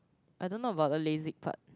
I don't know about the lasik part